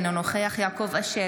אינו נוכח יעקב אשר,